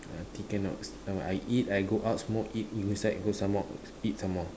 until cannot I eat I go out smoke eat go inside go smoke eat some more